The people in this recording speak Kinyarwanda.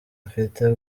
mfite